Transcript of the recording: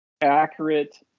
accurate